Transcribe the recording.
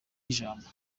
ijambo